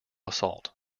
assault